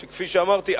כפי שאני אמרתי,